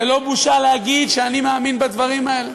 זה לא בושה להגיד שאני מאמין בדברים האלה.